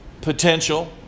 potential